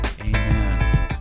amen